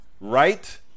Right